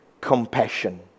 compassion